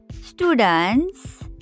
Students